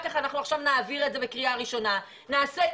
אנחנו נעביר את זה בקריאה ראשונה עכשיו,